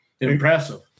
impressive